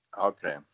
Okay